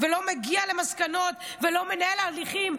לא מגיעה למסקנות ולא מנהלת הליכים,